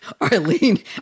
Arlene